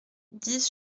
dix